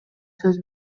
сөз